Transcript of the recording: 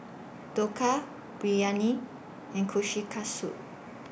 Dhokla Biryani and Kushikatsu